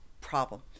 problem